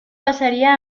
pasaría